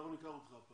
הזמנתי אותך.